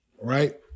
Right